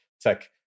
tech